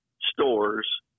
stores